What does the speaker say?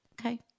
Okay